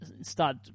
start